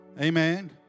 amen